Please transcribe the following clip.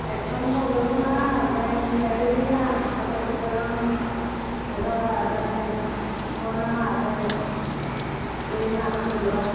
ᱮᱠᱷᱚᱱ ᱫᱚ ᱵᱟᱹᱱᱩᱜᱼᱟ ᱟᱫᱚᱧ ᱯᱷᱮᱰ ᱞᱮᱜᱮ ᱦᱟᱜ ᱯᱚᱨᱮᱨ ᱥᱚᱯᱛᱟ ᱜᱟᱱ ᱯᱷᱮᱰᱚᱜᱼᱟ ᱟᱫᱚᱧ ᱯᱷᱳᱱ ᱟᱢ ᱦᱟᱜ ᱟᱫᱚᱧ ᱞᱟᱹᱭᱟᱢᱟ ᱟᱫᱚᱢ ᱦᱤᱡᱩᱜᱼᱟ